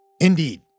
Indeed